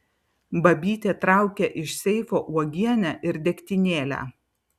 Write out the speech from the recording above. babytė traukia iš seifo uogienę ir degtinėlę